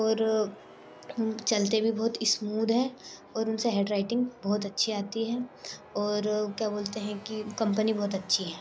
और चलते भी बहुत स्मूद है और उनसे हेडराइटिंग बहुत अच्छी आती है और क्या बोलते हैं कि कम्पनी बहुत अच्छी है